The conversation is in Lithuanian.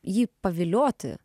jį pavilioti